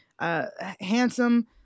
Handsome